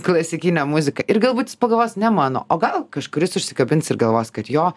klasikinę muziką ir galbūt jis pagalvos ne mano o gal kažkuris užsikabins ir galvos kad jo